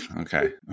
Okay